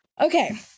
Okay